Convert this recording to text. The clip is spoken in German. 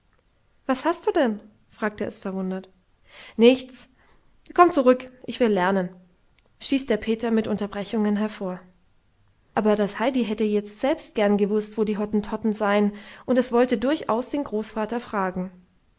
was hast du denn fragte es verwundert nichts komm zurück ich will lernen stieß der peter mit unterbrechungen hervor aber das heidi hätte jetzt selbst gern gewußt wo die hottentotten seien und es wollte durchaus den großvater fragen